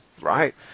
right